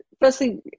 firstly